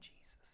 Jesus